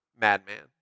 madman